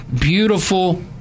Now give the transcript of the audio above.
beautiful